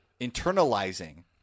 internalizing